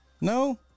No